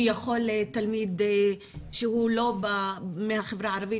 שיכול תלמיד שהוא לא מן החברה הערבית,